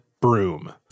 broom